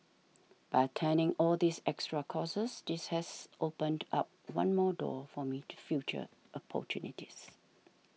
by attending all these extra courses this has opened up one more door for me to future opportunities